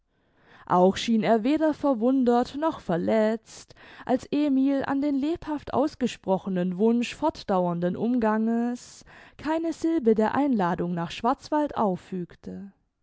auch schien er weder verwundert noch verletzt als emil an den lebhaft ausgesprochenen wunsch fortdauernden umganges keine silbe der einladung nach schwarzwaldau